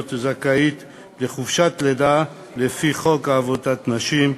זכאיות לחופשת לידה לפי חוק עבודת נשים,